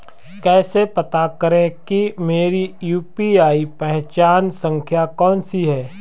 कैसे पता करें कि मेरी यू.पी.आई पहचान संख्या कौनसी है?